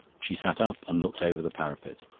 she sat up and looked over the parapet.